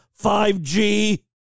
5G